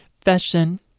Fashion